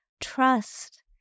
Trust